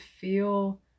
feel